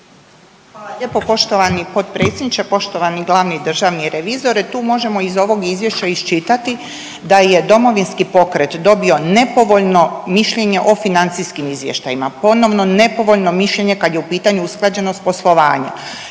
Hvala lijepo poštovani potpredsjedniče. Poštovani glavni državni revizore tu možemo iz ovog izvješća iščitati da je Domovinski pokret dobio nepovoljno mišljenje o financijskim izvještajima, ponovno nepovoljno mišljenje kad je u pitanju usklađenost poslovanja.